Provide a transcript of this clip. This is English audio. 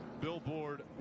billboard